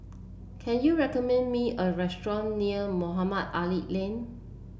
can you recommend me a restaurant near Mohamed Ali Lane